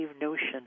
notion